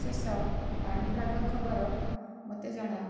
ଶେଷ ପାଣିପାଗ ଖବର ମୋତେ ଜଣାଅ